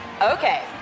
Okay